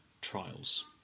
trials